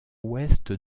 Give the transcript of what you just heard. ouest